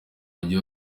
mujyi